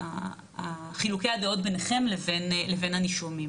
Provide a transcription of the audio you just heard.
חילוקי הדעות ביניכם לבין הנישומים.